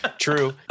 True